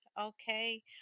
okay